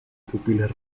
pupilas